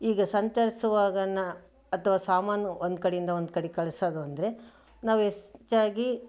ಹೀಗೆ ಸಂಚರಿಸುವಾಗ ನ ಅಥವಾ ಸಾಮಾನು ಒಂದು ಕಡೆಯಿಂದ ಒಂದು ಕಡೆಗೆ ಕಳಿಸೋದು ಅಂದರೆ ನಾವು ಹೆಚ್ಚಾಗಿ